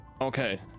Okay